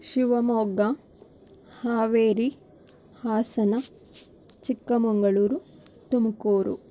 Shivamogga Haveri Hassan Chikkamagaluru Tumakuru